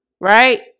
right